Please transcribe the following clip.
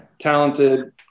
talented